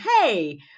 Hey